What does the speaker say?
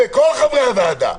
כל חברי הוועדה.